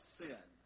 sin